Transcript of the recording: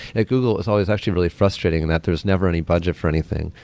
at google, it's always actually really frustrating and that there's never any budget for anything.